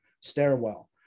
Stairwell